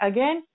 Again